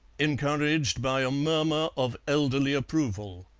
encouraged by a murmur of elderly approval.